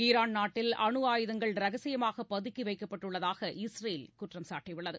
Iran நாட்டில் அணு ஆயுதங்கள் ரகசியமாக பதுக்கி வைக்கப்பட்டுள்ளதாக இஸ்ரேல் குற்றம் சாட்டியுள்ளது